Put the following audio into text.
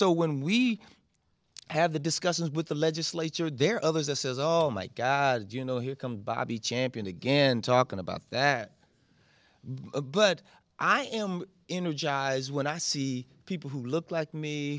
so when we have the discussions with the legislature there are others i says oh my god you know here comes bobby champion again talking about that but i am energized when i see people who look like me